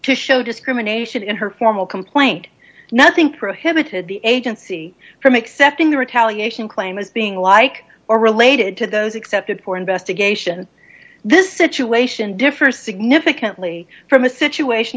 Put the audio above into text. to show discrimination in her formal complaint nothing prohibited the agency from accepting the retaliation claim as being like or related to those accepted for investigation this situation differs significantly from a situation